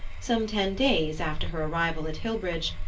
some ten days after her arrival at hillbridge,